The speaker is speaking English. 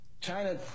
China